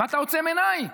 ואתה עוצם עיניים.